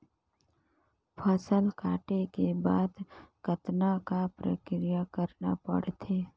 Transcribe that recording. फसल काटे के बाद कतना क प्रक्रिया करना पड़थे?